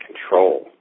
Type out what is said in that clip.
control